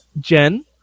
Jen